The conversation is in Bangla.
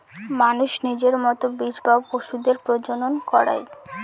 মানুষ নিজের মতো বীজ বা পশুদের প্রজনন করায়